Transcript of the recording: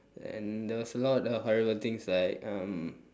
and there was a lot of horrible things like um